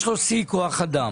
יש לו שיא כוח אדם,